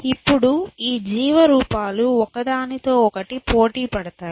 ఇప్పుడు ఈ జీవ రూపాలు ఒకదానితో ఒకటి పోటీపడతాయి